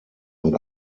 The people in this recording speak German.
und